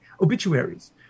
obituaries